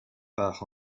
part